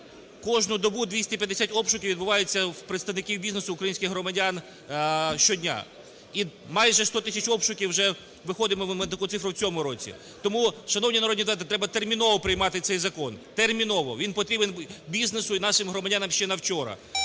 кожну добу 250 обшуків відбувається в представників бізнесу, українських громадян щодня. І майже 100 тисяч обшуків, вже виходимо ми на таку цифру в цьому році. Тому, шановні народні депутати, треба терміново приймати цей закон. Терміново. Він потрібен бізнесу і нашим громадянам ще на вчора.